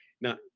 Now